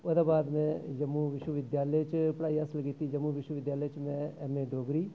ओह्दे बाद मैं जम्मू विश्वविद्यालय च पढ़ाई हासल कीती जम्मू विश्वविद्यालय च मैं एम ए डोगरी